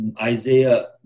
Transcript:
Isaiah